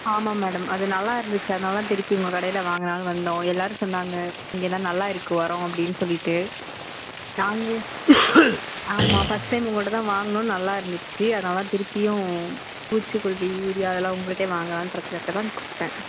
ஆமாம் மேடம் அது நல்லா இருந்திச்சு அதனால தான் திருப்பி உங்கள் கடையில் வாங்கலாம்ன்னு வந்தோம் எல்லாரும் சொன்னாங்க இங்கே தான் நல்லா இருக்கு உரம் அப்படின்னு சொல்லிவிட்டு நாங்கள் ஆமாம் ஃபர்ஸ்ட் டைம் உங்கள்கிட்ட தான் வாங்கினோம் நல்லா இருந்துச்சு அதனால் தான் திருப்பியும் பூச்சிக்கொல்லி யூரியா அதெல்லாம் உங்கள்கிட்டயே வாங்கலான்றதுக்காக தான் கூப்பிட்டேன்